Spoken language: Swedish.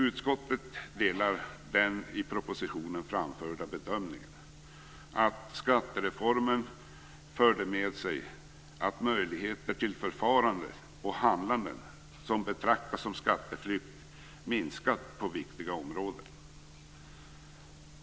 Utskottet delar den i propositionen framförda bedömningen att skattereformen förde med sig att möjligheterna till förfaranden och handlanden som betraktas som skatteflykt har minskat på viktiga områden.